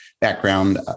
background